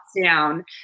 down